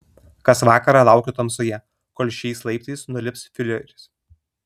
kas vakarą laukiu tamsoje kol šiais laiptais nulips fiureris